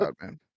man